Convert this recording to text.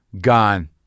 Gone